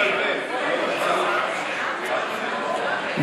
ההסתייגות לחלופין ב' של קבוצת סיעת יש עתיד לפני סעיף 1 לא נתקבלה.